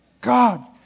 God